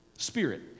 Spirit